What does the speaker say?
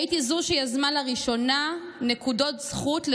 הייתי זו שיזמה לראשונה נקודות זכות על